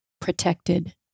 protected